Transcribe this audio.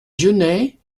genêts